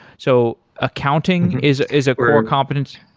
so accounting is is a core competence.